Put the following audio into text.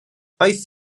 aeth